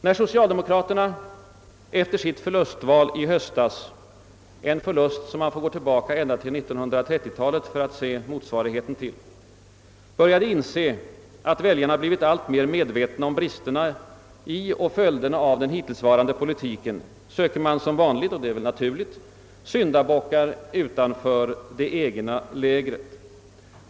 När socialdemokraterna efter sitt förlustval i höstas — en förlust som man får gå tillbaka ända till 1930-talet för att finna en motsvarighet till — började inse, att väljarna har blivit alltmer medvetna om bristerna i och följderna av den hittillsvarande politiken, sökte man som vanligt, vilket väl är naturligt, syndabockar utanför det egna lägret.